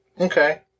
okay